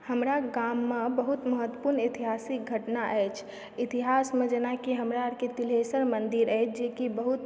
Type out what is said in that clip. हमरा गाममे बहुत मत्त्वपूर्ण ऐतिहासिक घटना अछि इतिहासमे जेना कि हमरा आर के तिलहेसर मन्दिर अछि जे कि बहुत